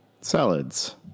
Salads